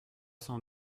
cent